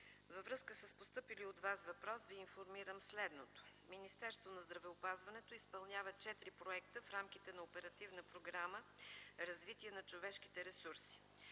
Във връзка с постъпилия от Вас въпрос Ви информирам за следното. Министерството на здравеопазването изпълнява четири проекта в рамките на Оперативна програма „Развитие на човешките ресурси”.